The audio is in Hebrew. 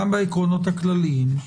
גם בעקרונות הכלליים.